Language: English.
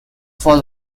for